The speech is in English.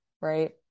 right